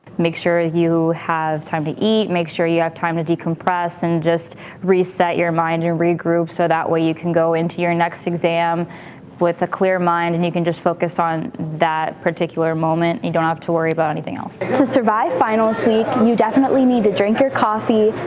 make sure ah you have time to eat, make sure you have time to decompress, and just reset your mind, and regroup, so that way you can go into your next exam with a clear mind, and you can just focus on that particular moment. you don't have to worry about anything else. to survive finals you definitely need to drink your coffee,